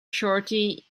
shorty